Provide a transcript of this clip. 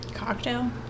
cocktail